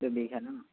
দুবিঘা ন